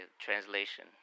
translation